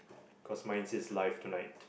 cause mine says live tonight